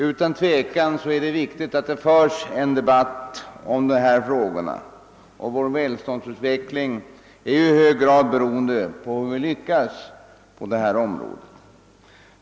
Utan tvivel är det viktigt att det förs en debatt om dessa frågor. Vår välståndsutveckling är ju i hög grad beroende av hur vi lyckas på detta område.